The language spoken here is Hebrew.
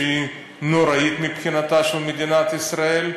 שהיא נוראית מבחינתה של מדינת ישראל,